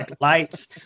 lights